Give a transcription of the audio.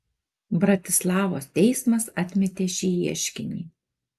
bratislavos teismas atmetė šį ieškinį